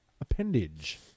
appendage